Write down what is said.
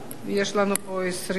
יש לנו פה 25 דוברים.